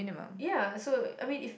ya so I mean if